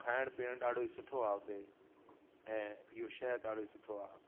खाइणु पीअणु ॾाढो ई सुठो आहे हुते ऐं इहो शहरु ॾाढो ई सुठो आहे